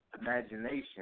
imagination